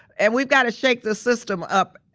and we've got to shake the system up,